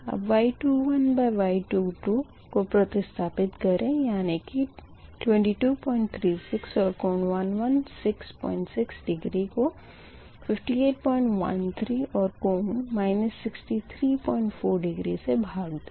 अब Y21Y22 को प्रतिस्थापित करें यानी कि 2236 और कोण 1166 डिग्री को 5813 और कोण 634 डिग्री से भाग दें